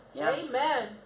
Amen